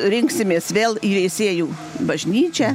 rinksimės vėl į veisiejų bažnyčią